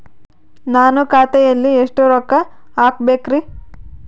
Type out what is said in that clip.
ನಾನು ಖಾತೆಯಲ್ಲಿ ಎಷ್ಟು ರೊಕ್ಕ ಹಾಕಬೇಕ್ರಿ?